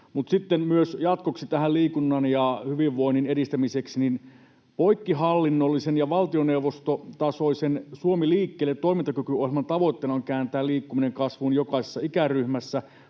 Mutta sitten myös jatkoksi tähän liikunnan ja hyvinvoinnin edistämiseen: Poikkihallinnollisen ja valtioneuvostotasoisen Suomi liikkeelle ‑toimintakykyohjelman tavoitteena on kääntää liikkuminen kasvuun jokaisessa ikäryhmässä.